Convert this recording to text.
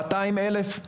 מאתיים אלף,